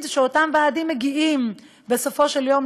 שאותם ועדים מגיעים אליהן בסופו של יום,